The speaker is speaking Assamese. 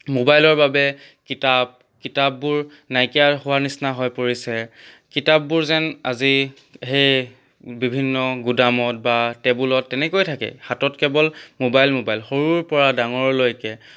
মোবাইলৰ বাবে কিতাপ কিতাপবোৰ নাইকিয়া হোৱাৰ নিচিনা হৈ পৰিছে কিতাপবোৰ যেন আজি সেই বিভিন্ন গুদামত বা টেবুলত তেনেকৈয়ে থাকে হাতত কেৱল মোবাইল মোবাইল সৰুৰ পৰা ডাঙৰলৈকে